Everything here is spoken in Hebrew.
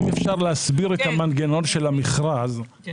אם אפשר להסביר את המנגנון של המכרז כי